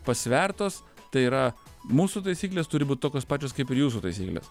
pasvertos tai yra mūsų taisyklės turi būt tokios pačios kaip ir jūsų taisyklės